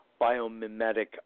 biomimetic